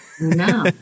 No